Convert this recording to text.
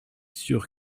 sûr